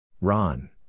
Ron